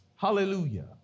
Hallelujah